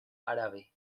árabe